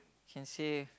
can say